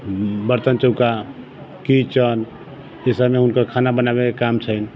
बर्तन चौका किचन ईसबमे हुनकर खाना बनाबैके काम छनि